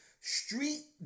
Street